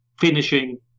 finishing